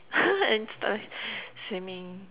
and swimming